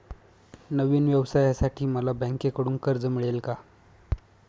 नवीन व्यवसायासाठी मला बँकेकडून कर्ज मिळेल का?